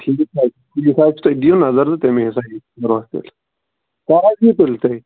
ٹھیٖک حظ ٹھیٖک حظ چھُ تُہۍ دِیِو نظر تہٕ تَمی حِسابہٕ برٛونٛٹھ تیٚلہِ حالس یِیِو تُہۍ